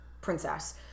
princess